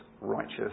righteous